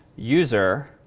user